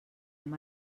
hem